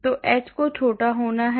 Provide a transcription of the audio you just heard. तो h को छोटा होना है